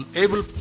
able